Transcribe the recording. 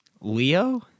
Leo